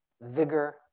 vigor